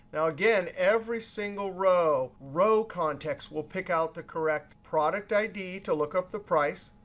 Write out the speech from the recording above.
now again, every single row, row context will pick out the correct product id to look up the price,